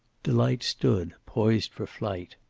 delight stood poised for flight.